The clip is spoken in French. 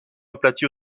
aplatie